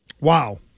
Wow